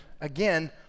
again